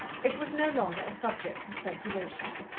it was no longer a subject for speculation.